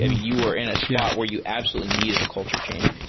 and you were in a spot where you absolutely needed a culture change.